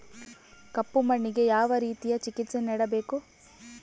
ಕಪ್ಪು ಮಣ್ಣಿಗೆ ಯಾವ ರೇತಿಯ ಚಿಕಿತ್ಸೆ ನೇಡಬೇಕು?